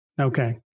Okay